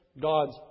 God's